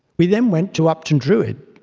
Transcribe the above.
we then went to upton druid,